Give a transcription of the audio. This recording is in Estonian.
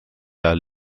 ajal